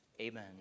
Amen